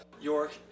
York